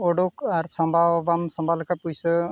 ᱚᱰᱳᱠ ᱟᱨ ᱥᱟᱢᱵᱟᱣ ᱵᱟᱢ ᱥᱟᱢᱵᱟᱣ ᱞᱮᱠᱷᱟᱱ ᱯᱚᱭᱥᱟ